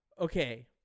Okay